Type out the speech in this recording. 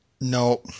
No